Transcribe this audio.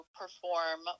perform